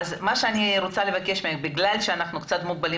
אז אני מבקשת ממך: בגלל שאנחנו מוגבלים